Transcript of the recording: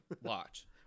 watch